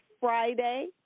Friday